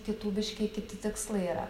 kitų biški kiti tikslai yra